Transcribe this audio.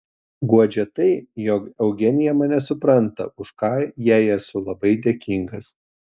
guodžia tai jog eugenija mane supranta už ką jai esu labai dėkingas